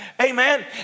Amen